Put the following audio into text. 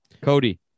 Cody